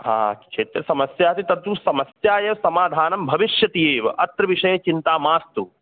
हा क्षेत्रसमस्यास्ति तत्तु समस्या एव समाधानं भविष्यति एव अत्र विषये चिन्ता मास्तु